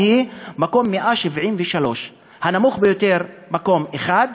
הם במצב סוציו-אקונומי נמוך, באשכולות הנמוכים.